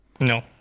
No